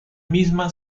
misma